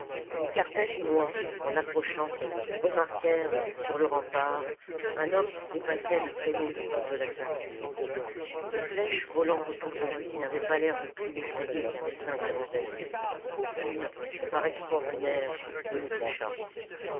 les carthagmois en approchant remarquèrent sur le rempart un homme qui dépassait les créneaux de toute la ceinture les flèches volant autour de lui n'avaient pas l'air de plus l'effrayer qu'un essaim d'hirondelles aucune par extraordinaire ne le toucha